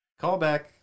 Callback